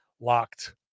LOCKED